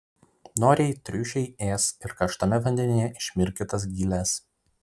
noriai triušiai ės ir karštame vandenyje išmirkytas giles